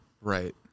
Right